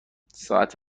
ساعت